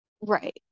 right